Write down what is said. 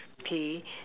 okay